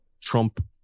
Trump